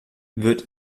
wird